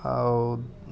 ଆଉ